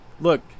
look